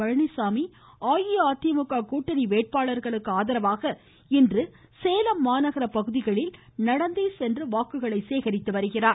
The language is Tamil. பழனிச்சாமி அஇஅதிமுக கூட்டணி வேட்பாளர்களுக்கு ஆதரவாக இன்று சேலம் மாநகர பகுதிகளில் நடந்தே சென்று வாக்குகளை சேகரித்து வருகிறார்